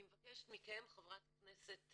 אני מבקשת מכם, חברת הכנסת